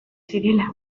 zirela